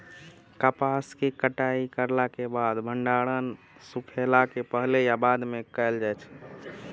कपास के कटाई करला के बाद भंडारण सुखेला के पहले या बाद में कायल जाय छै?